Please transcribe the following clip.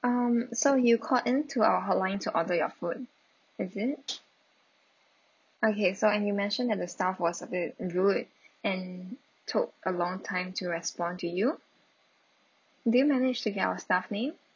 um so you called in to our hotline to order your food is it okay so and you mentioned that the staff was a bit rude and took a long time to respond to you did you manage to get our staff name